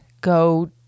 go